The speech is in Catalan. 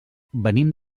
venim